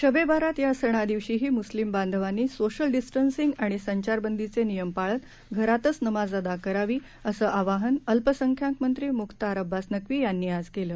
शब ए बारात या सणाच्या दिवशीही मुस्लिम बांधवांनी सोशल डिस्टन्सिंग आणि संचारबंदीचे नियम पाळत घरातच नमाज अदा करावी असं आवाहन अल्पसंख्याक मंत्री मुक्तार अब्बास नक्वी यांनी आज केलं